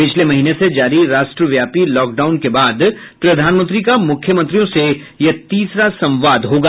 पिछले महीने से जारी राष्ट्रव्यापी लॉकडाउन के बाद प्रधानमंत्री का मुख्यमंत्रियों से यह तीसरा संवाद होगा